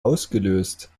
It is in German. ausgelöst